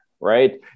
Right